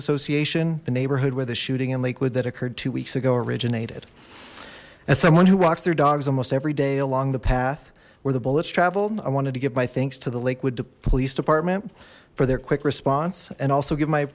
association the neighborhood where the shooting in lakewood that occurred two weeks ago originated as someone who walks their dogs almost every day along the path where the bullets traveled i wanted to give my thanks to the lakewood police department for their quick response and also give my